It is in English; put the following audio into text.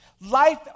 Life